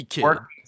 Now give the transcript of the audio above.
work